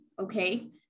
okay